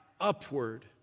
upward